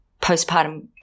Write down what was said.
postpartum